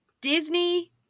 Disney